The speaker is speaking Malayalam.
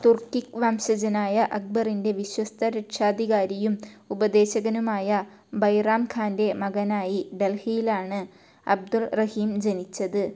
തുർക്കിക് വംശജനായ അക്ബറിൻ്റെ വിശ്വസ്ഥ രക്ഷാധികാരിയും ഉപദേശകനുമായ ബൈറാം ഖാൻ്റെ മകനായി ഡൽഹിയിലാണ് അബ്ദുൾ റഹീം ജനിച്ചത്